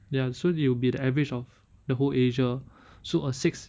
ya so it will be the average of the whole asia so a six